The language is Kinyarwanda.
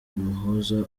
umuhoza